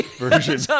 version